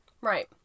Right